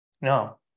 No